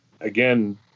again